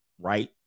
right